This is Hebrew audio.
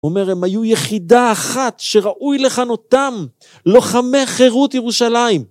אומר הם היו יחידה אחת שראוי לכאן אותם לוחמי חירות ירושלים